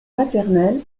maternel